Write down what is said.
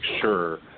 sure